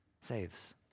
saves